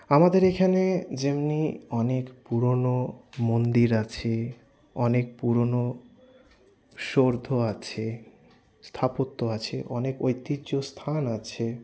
আমাদের এখানে যেমন অনেক পুরনো মন্দির আছে অনেক পুরনো সৌর্ধ আছে স্থাপত্য আছে অনেক ঐতিহ্য স্থান আছে